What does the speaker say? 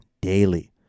daily